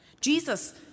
Jesus